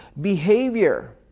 behavior